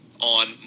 on